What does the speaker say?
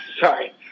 Sorry